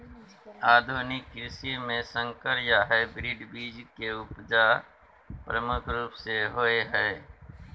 आधुनिक कृषि में संकर या हाइब्रिड बीज के उपजा प्रमुख रूप से होय हय